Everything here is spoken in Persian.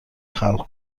خلق